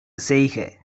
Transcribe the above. செய்க